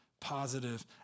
positive